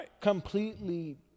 completely